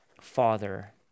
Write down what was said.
father